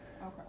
Okay